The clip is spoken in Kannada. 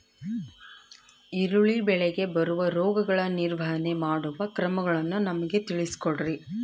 ಈರುಳ್ಳಿ ಬೆಳೆಗೆ ಬರುವ ರೋಗಗಳ ನಿರ್ವಹಣೆ ಮಾಡುವ ಕ್ರಮಗಳನ್ನು ನಮಗೆ ತಿಳಿಸಿ ಕೊಡ್ರಿ?